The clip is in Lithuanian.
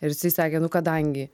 ir jisai sakė nu kadangi